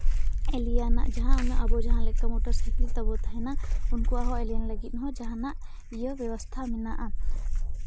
ᱮᱞᱤᱭᱟᱱᱟᱜ ᱡᱟᱦᱟᱸ ᱟᱵᱚ ᱡᱟᱦᱟᱸ ᱞᱮᱠᱟ ᱛᱟᱵᱚ ᱢᱳᱴᱚᱨᱥᱟᱭᱠᱮᱞ ᱛᱟᱵᱚ ᱛᱟᱦᱮᱱᱟ ᱩᱱᱠᱩᱣᱟᱜ ᱮᱞᱤᱭᱟᱱ ᱞᱟᱹᱜᱤᱫ ᱦᱚᱸ ᱡᱟᱦᱟᱱᱟᱜ ᱤᱭᱟᱹ ᱵᱮᱵᱚᱥᱛᱷᱟ ᱢᱮᱱᱟᱜᱼᱟ